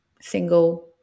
single